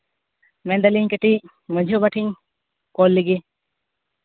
ᱢᱮᱱ ᱫᱟᱹᱞᱤᱧ ᱠᱟᱹᱴᱤᱡ ᱢᱟᱹᱡᱷᱤ ᱵᱟᱵᱟ ᱴᱷᱮᱱᱤᱧ ᱠᱚᱞ ᱞᱮᱜᱮ